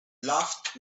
laughed